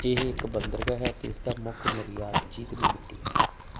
ਇਹ ਇੱਕ ਬੰਦਰਗਾਹ ਹੈ ਅਤੇ ਇਸ ਦਾ ਮੁੱਖ ਨਿਰਯਾਤ ਚੀਕਨੀ ਮਿੱਟੀ ਹੈ